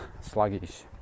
sluggish